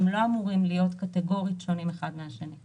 הם לא אמורים להיות קטגורית שונים האחד מן השני.